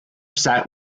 sat